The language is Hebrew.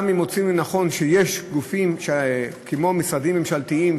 גם אם מוצאים לנכון שיש גופים כמו משרדים ממשלתיים,